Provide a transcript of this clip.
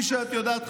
כפי שאת יודעת,